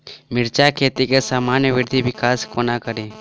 मिर्चा खेती केँ सामान्य वृद्धि विकास कोना करि?